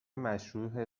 مشروح